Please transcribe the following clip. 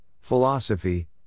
philosophy